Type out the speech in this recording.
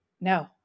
no